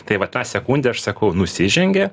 tai va tą sekundę aš sakau nusižengė